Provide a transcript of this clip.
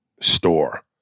store